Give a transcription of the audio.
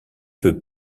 peut